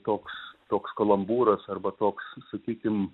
toks toks kalambūras arba toks sakykim